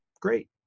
great